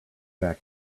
fact